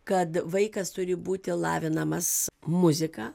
kad vaikas turi būti lavinamas muzika